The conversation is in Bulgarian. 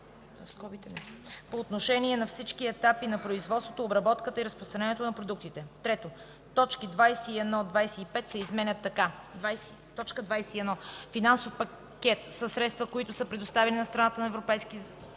по отношение на всички етапи на производството, обработката и разпространението на продуктите.” 3. Точки 21 – 25 се изменят така: „21. „Финансов пакет” са средствата, които са предоставени на страната от Европейския